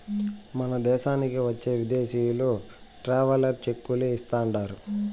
మన దేశానికి వచ్చే విదేశీయులు ట్రావెలర్ చెక్కులే ఇస్తాండారు